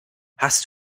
hast